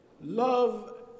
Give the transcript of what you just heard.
Love